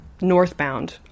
northbound